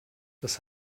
das